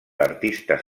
artistes